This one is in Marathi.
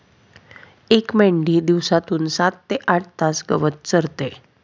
एक मेंढी दिवसातून सात ते आठ तास गवत चरते